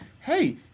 hey